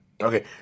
Okay